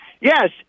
yes